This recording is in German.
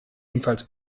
ebenfalls